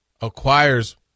acquires